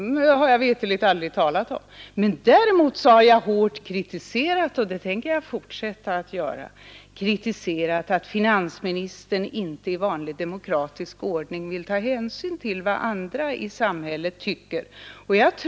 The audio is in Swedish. Det har jag mig veterligt aldrig talat om. Däremot har jag hårt kritiserat — och det tänker jag fortsätta att göra — att finansministern inte i vanlig, demokratisk ordning vill ta hänsyn till vad andra i samhället tycker.